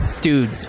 dude